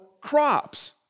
crops